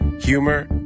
humor